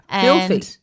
filthy